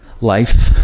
life